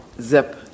Zip